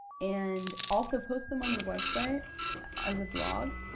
and also post them on your website as a blog.